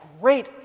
great